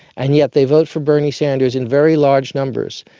and yet they vote for bernie sanders in very large numbers,